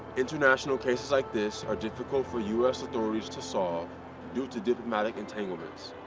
international cases like this are difficult for u s. authorities to solve due to diplomatic entanglements.